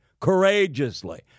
courageously